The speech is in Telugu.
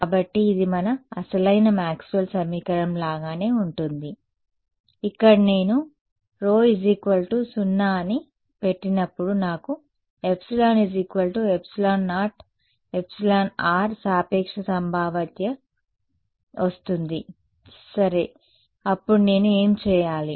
కాబట్టి ఇది మన అసలైన మాక్స్వెల్ సమీకరణం లాగానే ఉంటుంది ఇక్కడ నేను σ 0 అని పెట్టినప్పుడు నాకు εε0 εr సాపేక్ష సంభావ్యత వస్తుంది సరే అప్పుడు నేను ఏమి చేయాలి